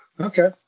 Okay